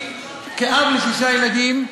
כאב לשישה ילדים,